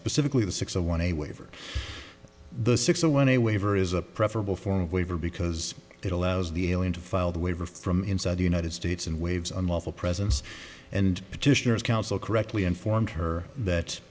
specifically the six a one a waiver the six a one a waiver is a preferable for a waiver because it allows the alien to file the waiver from inside the united states and waves unlawful presence and petitioners counsel correctly informed her that